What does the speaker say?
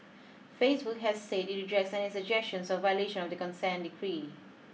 Facebook has said it rejects any suggestions of violation of the consent decree